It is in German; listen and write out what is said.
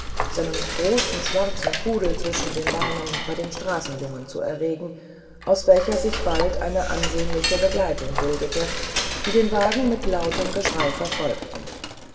seinen großen schwarzen pudel zwischen den beinen bei der straßenjugend zu erregen aus welcher sich bald eine ansehnliche begleitung bildete die den wagen mit lautem geschrei verfolgte